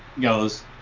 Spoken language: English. goes